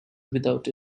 without